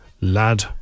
Lad